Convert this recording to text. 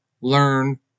learn